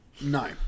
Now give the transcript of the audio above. no